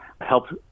helped